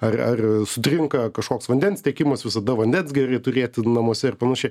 ar ar sutrinka kažkoks vandens tiekimas visada vandens gerai turėti namuose ir panašiai